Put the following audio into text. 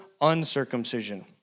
uncircumcision